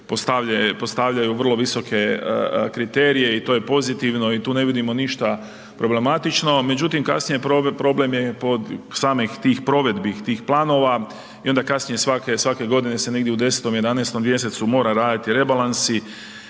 postavljaju vrlo visoke kriterije i to je pozitivno i tu ne vidimo ništa problematično. Međutim, kasnije, problem je kod samih tih provedbi, tih planova, i onda kasnije, svake godine se negdje u 10., 11. mjesecu, mora raditi rebalansi